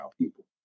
people